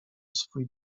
swój